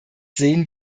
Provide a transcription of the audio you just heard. sehen